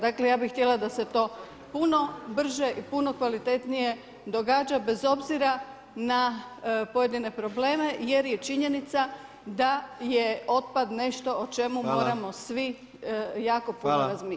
Dakle, ja bi htjela da se to puno brže i puno kvalitetnije događa bez obzira na pojedine probleme, jer je činjenica da je otpad nešto o čemu moramo svi jako puno razmišljati.